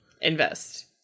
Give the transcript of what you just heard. Invest